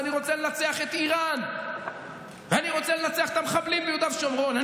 אני רוצה לנצח את איראן ואני רוצה לנצח את המחבלים ביהודה ושומרון.